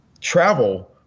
travel